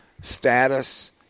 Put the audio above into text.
status